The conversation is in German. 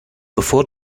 bevor